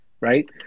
right